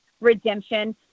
redemption